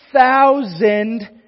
thousand